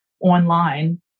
online